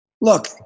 Look